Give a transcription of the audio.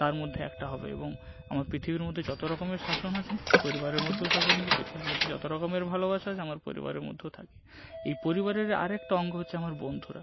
তার মধ্যে একটা হবে এবং আমার পৃথিবীর মধ্যে যতো রকমের শাসন আছে পরিবারের মধ্যেও শাসন আছে পৃথিবীর মধ্যে যতো রকমের ভালোবাসা আছে আমার পরিবারের মধ্যেও থাকে এই পরিবারের আরেকটি অঙ্গ হচ্ছে আমার বন্ধুরা